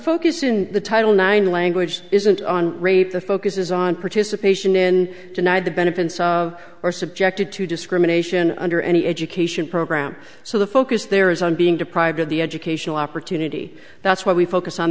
focus in the title nine language isn't on rape the focus is on participation in denied the benefits of or subjected to discrimination under any education program so the focus there is on being deprived of the educational opportunity that's what we focus on